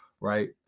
right